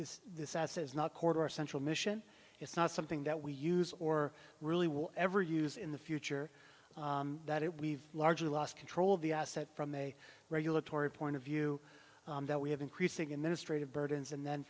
is this as is not quarter our central mission it's not something that we use or really will ever use in the future that it we've largely lost control of the asset from a regulatory point of view that we have increasing in ministry of burdens and then